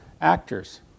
actors